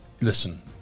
listen